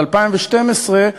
ב-2012,